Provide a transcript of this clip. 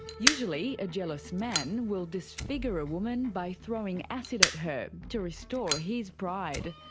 usually a jealous man will disfigure a woman by throwing acid at her, to restore his pride.